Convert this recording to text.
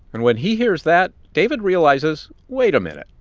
and when he hears that, david realizes, wait a minute.